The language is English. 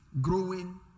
Growing